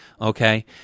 Okay